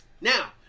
Now